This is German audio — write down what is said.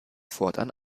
fortan